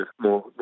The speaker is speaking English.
more